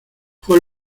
fue